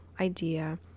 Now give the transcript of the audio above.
idea